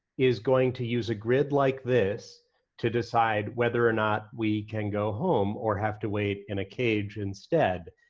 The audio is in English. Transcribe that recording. is going to use a grid like this to decide whether or not we can go home or have to wait in a cage instead.